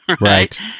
Right